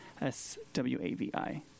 S-W-A-V-I